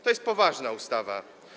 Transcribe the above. To jest poważna ustawa.